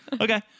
Okay